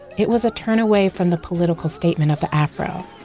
it was a turn away from the political statement of the afro.